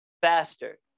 faster